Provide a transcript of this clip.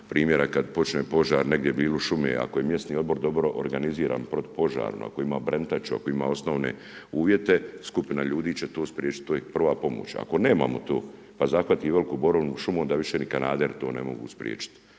primjera kad počne požar negdje u šumi, ako je mjesni odbor dobro organiziran protupožarno, ako ima .../Govornik se ne razumije./..., ako ima osnovne uvjete, skupina ljudi će to spriječit, to je prva pomoć. Ako nemamo tu pa zahvati veliku borovu šumu, onda više ni kanaderi to ne mogu spriječiti,